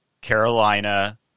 Carolina